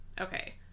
Okay